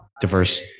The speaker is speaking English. diverse